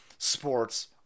sports